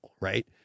right